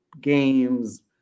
games